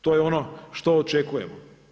To je ono što očekujemo.